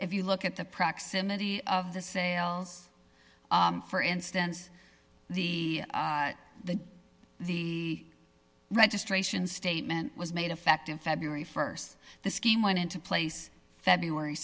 if you look at the proximity of the sales for instance the the the registration statement was made effective february st the scheme went into place february